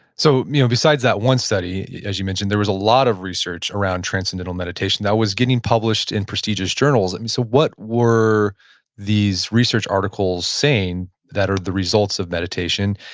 so besides that one study, as you mentioned, there was a lot of research around transcendental meditation that was getting published in prestigious journals. i mean, so what were these research articles saying that are the results of meditation?